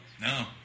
No